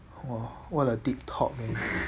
!wah! what a deep talk meh